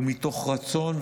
ומתוך רצון,